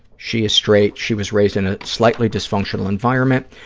she is straight. she was raised in a slightly dysfunctional environment,